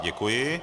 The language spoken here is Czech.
Děkuji.